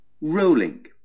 Rolling